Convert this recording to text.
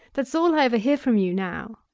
that is all i ever hear from you now.